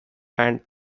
and